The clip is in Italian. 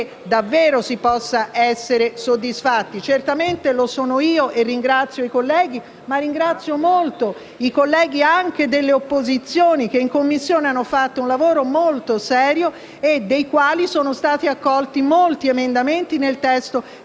davvero si possa essere soddisfatti. Certamente lo sono io. Ringrazio i colleghi e ringrazio in particolare i colleghi delle opposizioni, che in Commissione hanno fatto un lavoro molto serio e dei quali sono stati accolti molti emendamenti nel testo